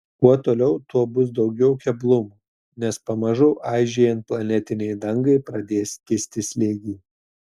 kuo toliau tuo bus daugiau keblumų nes pamažu aižėjant planetinei dangai pradės kisti slėgiai